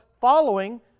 following